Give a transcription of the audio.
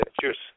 Cheers